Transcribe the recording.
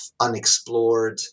unexplored